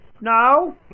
No